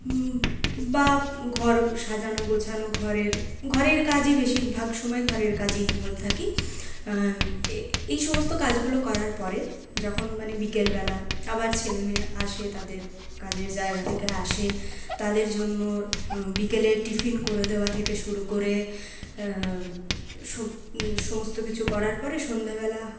বা ঘর সাজানো গোছানো ঘরের ঘরের কাজই বেশিরভাগ সময় ঘরের কাজেই ইনভল্ভ থাকি এই সমস্ত কাজগুলো করার পরে যখন মানে বিকেলবেলা আবার ছেলেমেয়ে আসে তাদের কাজের জায়গা থেকে আসে তাদের জন্য বিকেলের টিফিন করে দেওয়া থেকে শুরু করে সমস্ত কিছু করার পরে সন্ধ্যেবেলা